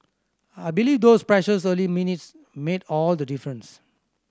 I believe those precious early minutes made all the difference